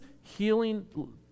healing